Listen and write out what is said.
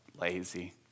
lazy